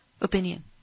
opinion